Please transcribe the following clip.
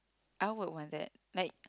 I would want that like